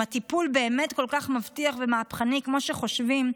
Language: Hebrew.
אם הטיפול באמת כל כך מבטיח ומהפכני כמו שחושבים,